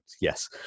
yes